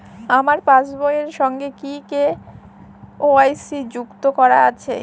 আমার পাসবই এর সঙ্গে কি কে.ওয়াই.সি যুক্ত করা আছে?